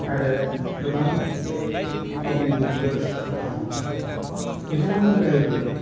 आरो गोबां फावखुंग्रिफोर दङ बिथांमोननि अनगायैबो